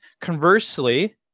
Conversely